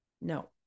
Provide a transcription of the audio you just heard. No